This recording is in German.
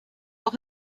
auch